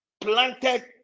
planted